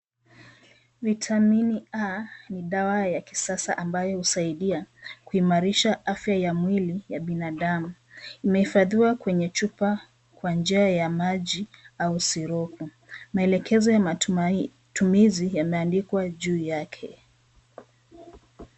Vitamini A ni dawa ya kisasa ambayo husaidia kuimarisha afya ya mwili ya binadamu. Imehifadhiwa kwenye chupa kwa njia ya maji au sirupu. Maelekezo ya matumizi yameandikwa juu yake.